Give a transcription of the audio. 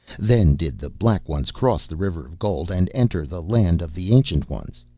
then did the black ones cross the river of gold and enter the land of the ancient ones.